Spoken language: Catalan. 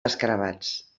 escarabats